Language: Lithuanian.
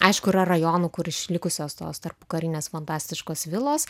aišku yra rajonų kur išlikusios tos tarpukarinės fantastiškos vilos